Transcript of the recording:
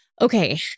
Okay